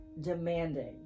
demanding